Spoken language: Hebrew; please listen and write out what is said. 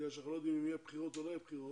מכיוון שאנחנו לא יודעים אם יהיה או לא יהיו בחירות